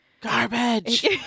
garbage